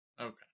Okay